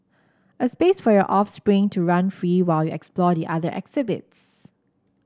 a space for your offspring to run free while you explore the other exhibits